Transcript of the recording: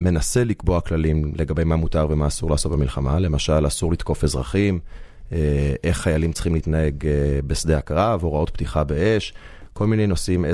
מנסה לקבוע כללים לגבי מה מותר ומה אסור לעשות במלחמה, למשל, אסור לתקוף אזרחים, איך חיילים צריכים להתנהג בשדה הקרב, הוראות פתיחה באש, כל מיני נושאים,